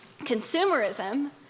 consumerism